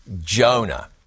Jonah